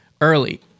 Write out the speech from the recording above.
early